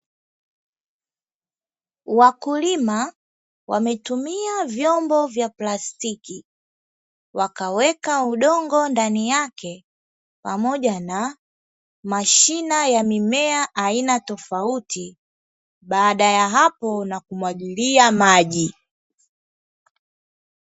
Wakulima wametumia vyombo vya plastiki, wakaweka udongo ndani yake pamoja na mashina ya mimea aina tofauti baada ya hapo na kumwagilia maji.